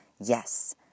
Yes